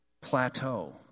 plateau